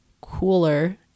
cooler